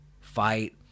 fight